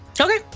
Okay